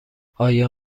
آیا